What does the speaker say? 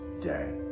day